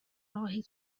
راهی